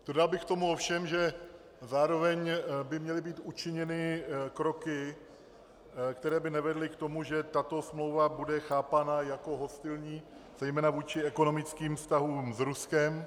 Dodal bych k tomu ovšem, že zároveň by měly být učiněny kroky, které by nevedly k tomu, že tato smlouva bude chápána jako hostilní zejména vůči ekonomickým vztahům s Ruskem.